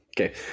okay